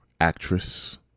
actress